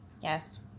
Yes